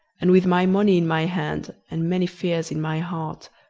and with my money in my hand, and many fears in my heart,